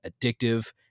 addictive